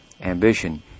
ambition